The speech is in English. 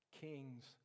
Kings